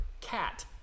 cat